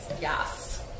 Yes